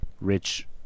rich